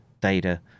data